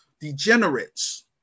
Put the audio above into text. degenerates